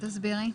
תסבירי.